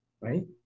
right